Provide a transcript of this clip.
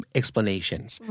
explanations